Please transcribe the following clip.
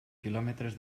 quilòmetres